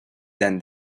than